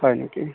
হয় নেকি